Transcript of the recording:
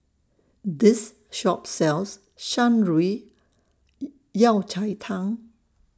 This Shop sells Shan Rui Yao Cai Tang